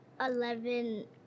Eleven